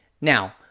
Now